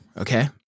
okay